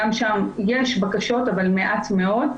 גם שם יש בקשות אבל מעט מאוד.